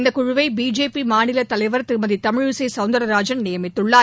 இந்த குழுவை பிஜேபி மாநிலத் தலைவர் திருமதி தமிழிசை சௌந்தரராஜன் நியமித்துள்ளார்